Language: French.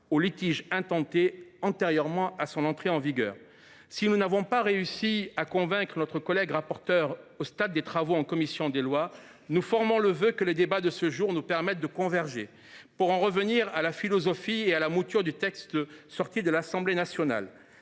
aux litiges intentés antérieurement à son entrée en vigueur. Si nous n’avons pas réussi à convaincre notre collègue rapporteur au stade de l’examen du texte en commission des lois, nous formons le vœu que les débats de ce jour nous permettent de converger pour en revenir à la philosophie et à la mouture du texte issu des travaux de l’Assemblée nationale.